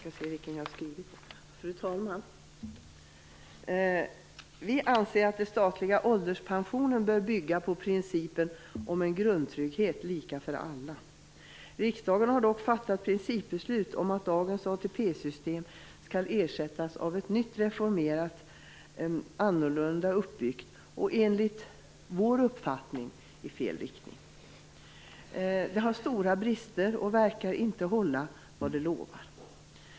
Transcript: Fru talman! Vi anser att den statliga ålderspensionen bör bygga på principen om en grundtrygghet, lika för alla. Riksdagen har dock fattat ett principbeslut om att dagens ATP-system skall ersättas av ett nytt reformerat och annorlunda uppbyggt system, enligt vår uppfattning, i fel riktning. Det har stora brister och verkar inte hålla vad det lovar.